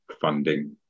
funding